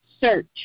Search